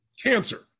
Cancer